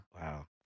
Wow